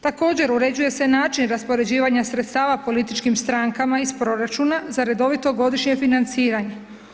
Također, uređuje se način raspoređivanja sredstava političkim strankama iz proračuna za redovito godišnje financiranje.